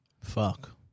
Fuck